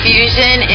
Fusion